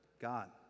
God